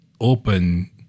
open